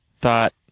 thought